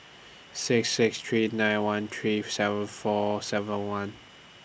six six three nine one three seven four seven one